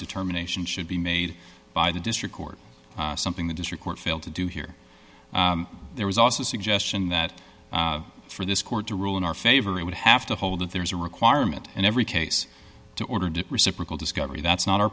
determination should be made by the district court something the district court failed to do here there was also suggestion that for this court to rule in our favor it would have to hold that there is a requirement in every case to ordered it reciprocal discovery that's not our